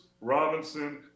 Robinson